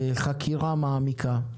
חקירה מעמיקה,